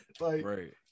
right